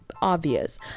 obvious